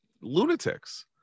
lunatics